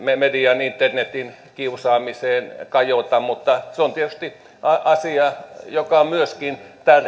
mediaan internetissä kiusaamiseen kajota mutta se on tietysti asia joka myöskin